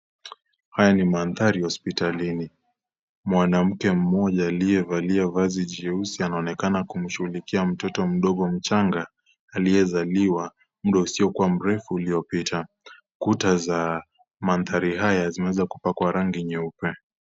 Haya ni mandhari ya hosipitalini. Mwanamke mmoja, aliyevalia vazi jeusi, anaonekana kumshughulikia mtoto mdogo mchanga, aliyezaliwa, muda usiokua mrefu uliopita. kuta za mandhari haya zimeweza kupakwa rangi nyeupe.